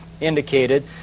indicated